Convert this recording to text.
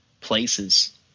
places